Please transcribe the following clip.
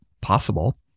possible